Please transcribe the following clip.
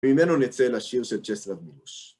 ממנו נצא לשיר של ג'ס למילוש.